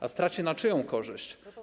A straci na czyją korzyść?